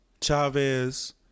Chavez